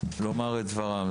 לומר את דבריהם.